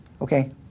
Okay